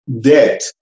debt